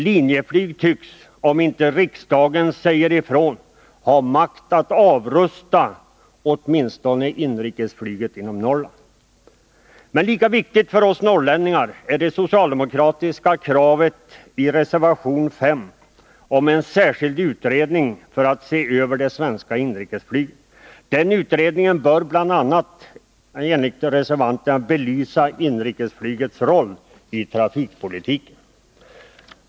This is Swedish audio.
Linjeflyg tycks, om inte riksdagen säger ifrån, ha makt att avrusta åtminstone flyget inom Norrland. Men lika viktigt för oss norrlänningar är det socialdemokratiska kravet i reservation 5 på en särskild utredning för att se över det svenska inrikesflyget. Den utredningen bör, enligt reservanterna, bl.a. belysa inrikesflygets roll i trafikpolitiken.